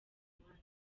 korowani